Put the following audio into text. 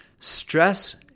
stress